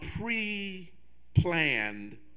pre-planned